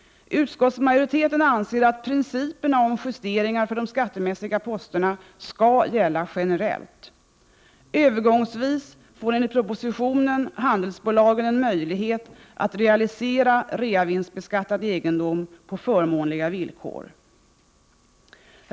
Utskottsmajoriteten anser att principerna om justeringar för de skattemässiga posterna skall gälla generellt. Övergångsvis får enligt propositionen handelsbolagen en möjlighet att realisera reavinstbeskattad egendom på förmånliga villkor.